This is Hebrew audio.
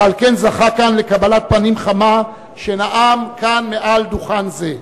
ועל כן זכה כאן לקבלת פנים חמה כשנאם כאן מעל דוכן זה.